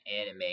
anime